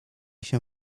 się